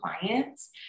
clients